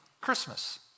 Christmas